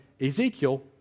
Ezekiel